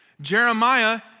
Jeremiah